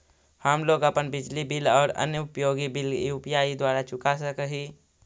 हम लोग अपन बिजली बिल और अन्य उपयोगि बिल यू.पी.आई द्वारा चुका सक ही